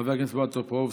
חבר הכנסת בועז טופורובסקי,